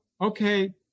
okay